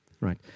right